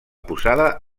posada